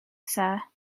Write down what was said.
sir